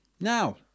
Now